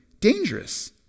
dangerous